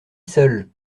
seul